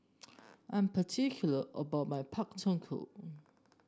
I'm particular about my Pak Thong Ko